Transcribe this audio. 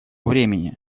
времени